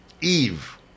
Eve